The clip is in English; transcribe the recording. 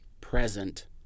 present